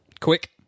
Quick